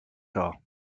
car